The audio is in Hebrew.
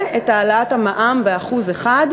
את העלאת המע"מ ב-1%,